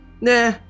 nah